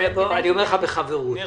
אני אומר לך בחברות --- ניר,